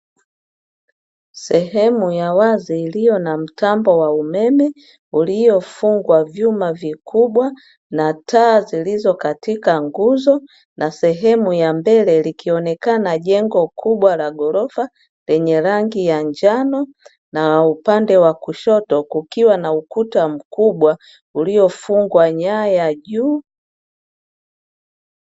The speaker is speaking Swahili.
Sehemu ya wazi iliyo na mtambo wa umeme, uliyofungwa vyuma vikubwa na taa zilizo katika nguzo na sehemu ya mbele likionekana jengo kubwa na ghorofa lenye rangi ya njano, na upande wa kushoto kukiwa na ukuta mkubwa uliofungwa nyaya juu.